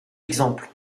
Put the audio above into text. exemples